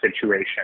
situation